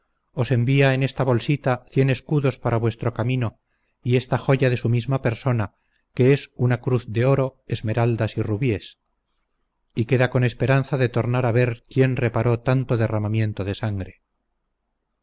os envía en esta bolsita cien escudos para vuestro camino y esta joya de su misma persona que es una cruz de oro esmeraldas y rubíes y queda con esperanza de tornar a ver quien reparó tanto derramamiento de sangre